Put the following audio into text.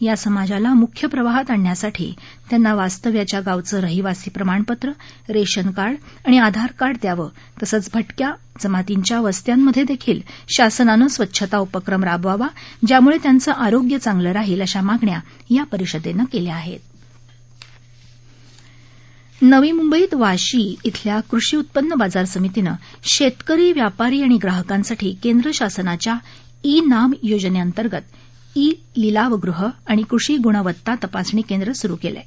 या समाजाला मुख्य प्रवाहात आणण्यासाठी त्यांना वास्तव्याच्या गावचं रहिवासी प्रमाणपत्र रेशन कार्ड आणि आधार कार्ड द्यावं तसंच भटक्या जमातींच्या वस्त्यांमध्ये देखील शासनानं स्वच्छता उपक्रम राबवावा ज्यामुळे त्यांचं आरोग्य चांगलं राहील अशा मागण्या या परिषदेनं केल्या आहे नवी मुंबईत वाशी इथल्या कृषी उत्पन्न बाजार समितीनं शेतकरी व्यापारी आणि ग्राहकांसाठी केंद्र शासनाच्या ई नाम योजनेअंतर्गत ई लिलावगृह आणि कृषी गुणवत्ता तपासणी केंद्र सुरू केलं आहे